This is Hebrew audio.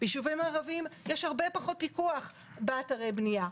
בישובים הערביים יש הרבה פחות פיקוח באתרי בנייה.